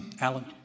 Alan